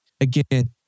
again